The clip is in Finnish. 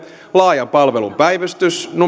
laajan palvelun päivystys